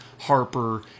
Harper